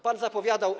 Pan zapowiadał.